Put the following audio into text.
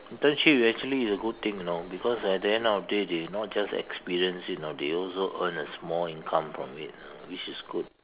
internship is actually a good thing you know because at the end of the day they not just experience it you know they also earn a small income from it you know which is good